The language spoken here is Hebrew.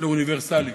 לאוניברסלי.